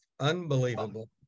Unbelievable